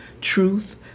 truth